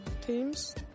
teams